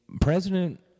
president